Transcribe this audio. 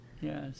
Yes